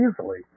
easily